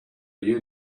you